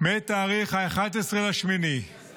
מתאריך 11 באוגוסט